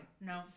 No